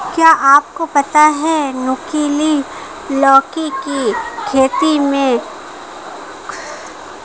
क्या आपको पता है नुकीली लौकी की खेती में खरपतवार की रोकथाम प्रकृतिक तरीके होता है?